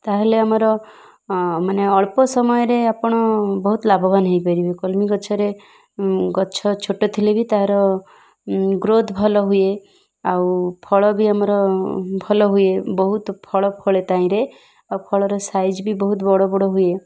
ତା'ହେଲେ ଆମର ମାନେ ଅଳ୍ପ ସମୟରେ ଆପଣ ବହୁତ ଲାଭବାନ ହେଇପାରିବେ କଲ୍ମି ଗଛରେ ଗଛ ଛୋଟ ଥିଲେ ବି ତାର ଗ୍ରୋଥ୍ ଭଲ ହୁଏ ଆଉ ଫଳ ବି ଆମର ଭଲ ହୁଏ ବହୁତ ଫଳ ଫଳେ ତାହିଁରେ ଆଉ ଫଳର ସାଇଜ୍ବି ବହୁତ ବଡ଼ ବଡ଼ ହୁଏ